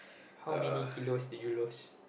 how many kilos did you lost